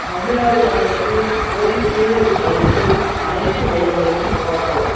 தமிழ்நாடு மாநிலத்தில் கோவிஷீல்டு அளிக்கும் அனைத்து மையங்களையும் காட்டவும்